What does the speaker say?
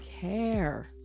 care